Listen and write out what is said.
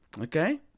okay